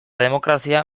demokrazia